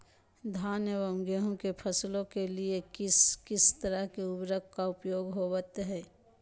धान एवं गेहूं के फसलों के लिए किस किस तरह के उर्वरक का उपयोग होवत है?